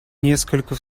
несколько